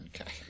Okay